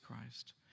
Christ